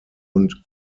und